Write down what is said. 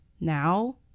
Now